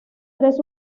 tres